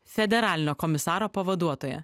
federalinio komisaro pavaduotoja